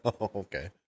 Okay